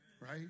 right